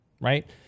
right